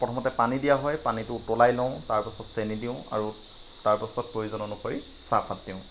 প্ৰথমতে পানী দিয়া হয় পানীটো উতলাই লওঁ তাৰ পাছত চেনী দিওঁ আৰু তাৰ পাছত প্ৰয়োজন অনুসৰি চাহপাত দিওঁ